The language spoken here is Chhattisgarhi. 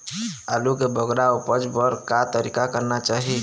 आलू के बगरा उपज बर का तरीका करना चाही?